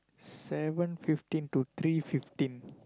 seven fifteen to three fifteen